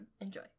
Enjoy